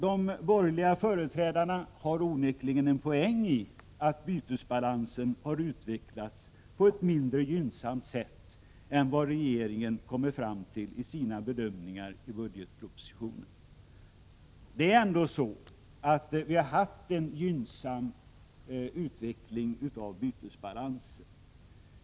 De borgerliga företrädarna har onekligen en poäng i att bytesbalansen har utvecklats på ett mindre gynnsamt sätt än vad regeringen kom fram till i sina bedömningar i budgetpropositionen. Vi har haft en gynnsam utveckling av bytesbalansen.